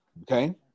okay